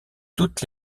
toutes